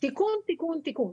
תיקון אחרי תיקון אחרי תיקון,